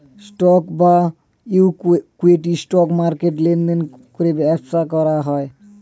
stock বা equity, stock মার্কেটে লেনদেন করে ব্যবসা করা হয়